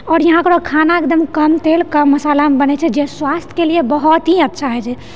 आओर यहाँके खाना एकदम कम तेल कम मसालामऽ बनैत छै जे स्वास्थयके लिअ बहुत ही अच्छा होयत छै